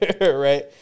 Right